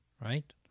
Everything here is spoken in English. right